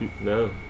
No